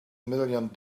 million